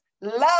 love